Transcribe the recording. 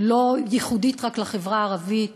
לא ייחודית לחברה הערבית,